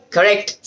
Correct